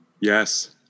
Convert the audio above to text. Yes